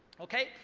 ok?